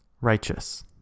righteous